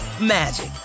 magic